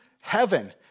heaven